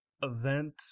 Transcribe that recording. event